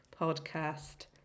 podcast